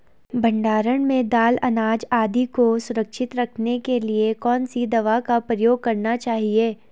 भण्डारण में दाल अनाज आदि को सुरक्षित रखने के लिए कौन सी दवा प्रयोग करनी चाहिए?